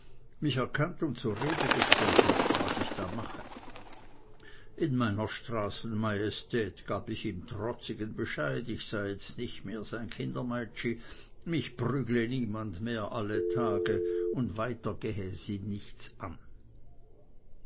mich erkannt und zur rede gestellt hätte was ich da mache in meiner straßenmajestät gab ich ihm trotzigen bescheid ich sei jetzt nicht mehr sein kindemeitschi mich prügle niemand mehr alle tage das übrige gehe ihn nichts an